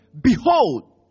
Behold